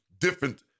different